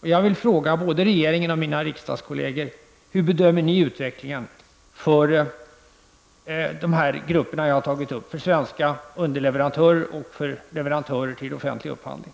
Jag vill fråga både regeringen och mina riksdagskolleger: Hur bedömer ni utvecklingen för de grupper som jag här har tagit upp, för svenska underleverantörer och för leverantörer vid offentlig upphandling,